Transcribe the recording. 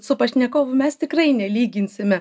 su pašnekovu mes tikrai nelyginsime